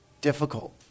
difficult